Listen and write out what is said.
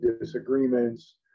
disagreements